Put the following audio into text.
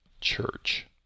church